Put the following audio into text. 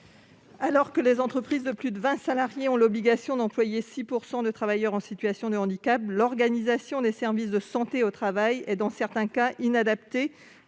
Alors que les entreprises de plus de vingt salariés ont l'obligation d'employer 6 % de travailleurs en situation de handicap, l'organisation des services de santé au travail est, dans certains cas, inadaptée